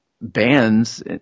bands